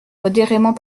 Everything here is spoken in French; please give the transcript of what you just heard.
modérément